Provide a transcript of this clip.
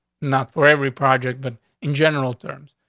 not for every project, but in general terms.